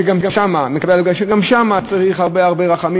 שגם שם צריך הרבה הרבה רחמים,